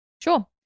Sure